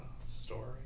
story